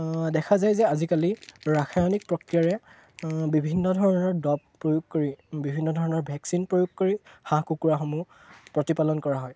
দেখা যায় যে আজিকালি ৰাসায়নিক প্ৰক্ৰিয়াৰে বিভিন্ন ধৰণৰ ডপ প্ৰয়োগ কৰি বিভিন্ন ধৰণৰ ভেকচিন প্ৰয়োগ কৰি হাঁহ কুকুৰাসমূহ প্ৰতিপালন কৰা হয়